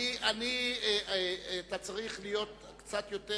אתה צריך להיות קצת יותר,